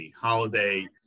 holiday